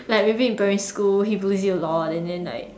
like maybe in primary school he bully you a lot and then like